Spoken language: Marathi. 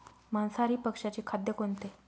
मांसाहारी पक्ष्याचे खाद्य कोणते?